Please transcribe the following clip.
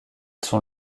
sont